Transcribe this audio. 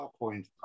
PowerPoint